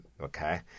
okay